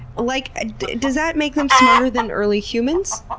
like ah does that make them smarter than early humans?